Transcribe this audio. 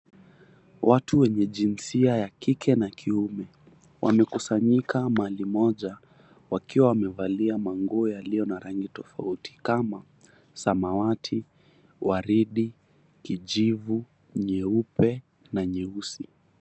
Watu wenye jinsia ya kike na kiume. Wamekusanyika mahali moja wakiwa wamevalia manguo yaliyo na rangi tofauti kama, samawati, waridi, kijivu, nyeupe na nyeusi.